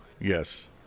yes